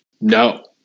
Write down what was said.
no